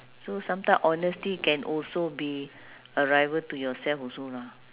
so sometime honesty can also be a rival to yourself also lah